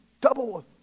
double